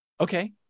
okay